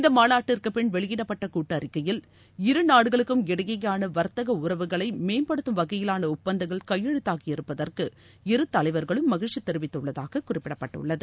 இந்த மாநாட்டிற்குப் பின் வெளியிடப்பட்ட கூட்டறிக்கையில் இரு நாடுகளுக்கும் இடையேயான வர்த்தக உறவுகளை மேம்படுத்தும் வகையிலான ஒப்பந்தங்கள் கையெழுத்தூகி இருப்பதற்கு இரு தலைவர்களும் மகிழ்ச்சி தெரிவித்துள்ளதாக குறிப்பிடப்பட்டுள்ளது